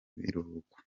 biruhuko